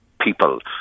people